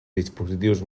dispositius